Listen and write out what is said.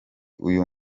uyu